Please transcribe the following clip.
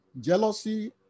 jealousy